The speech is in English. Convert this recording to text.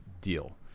deal